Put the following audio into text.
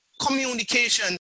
communication